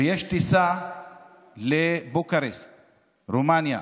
ויש טיסה לבוקרשט ברומניה,